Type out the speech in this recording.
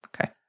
Okay